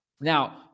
Now